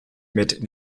mit